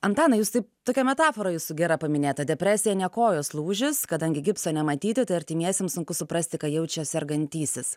antanai jūs taip tokia metafora jūsų gera paminėta depresija ne kojos lūžis kadangi gipso nematyti tai artimiesiems sunku suprasti ką jaučia sergantysis